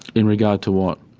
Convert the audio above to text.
in regard to what?